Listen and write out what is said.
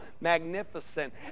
magnificent